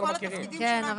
אבל אי אפשר להגיד שמד"א,